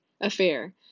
Affair